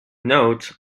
note